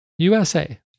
USA